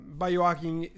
biohacking